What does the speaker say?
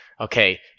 Okay